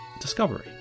discovery